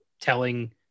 telling